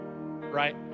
right